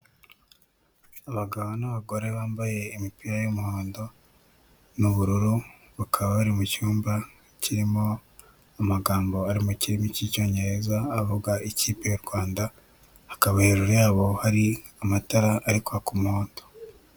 Abagabo n'abagore bambaye imipira y'umuhondo n'ubururu, bakaba bari mu cyumba kirimo amagambo ari mu kirimi cy'icyongereza avuga ikipe y'u Rwanda, hakaba hejuru yabo hari amatara ari kwaka umuhondo.